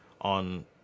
on